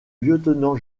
lieutenant